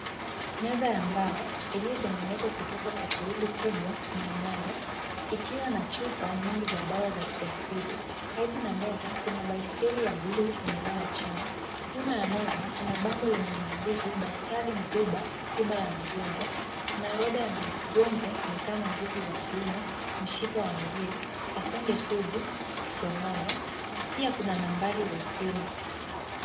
Meza ya mbao iliyotengenezwa kutoka kwa coil kubwa na nyaya ikiwa na chupa nyingi za dawa za kiasili. Karibu na meza kuna baiskeli ya bluu imelala chini. Nyuma ya meza kuna bango lenye maandishi, Daktari Mduba, tiba ya magonjwa na orodha ya magonjwa ni kama nguvu za kiume, mshipa wa ngiri, kaswende sugu, kisonono. Pia kuna nambari za simu.